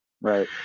Right